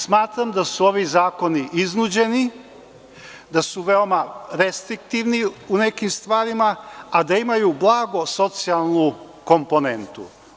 Smatram da su ovi zakoni iznuđeni, da su veoma restriktivni u nekim stvarima, a da imaju blago socijalnu komponentu.